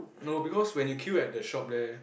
no because when you queue at the shop there